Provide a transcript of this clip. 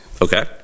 Okay